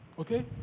Okay